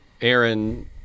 Aaron